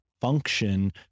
function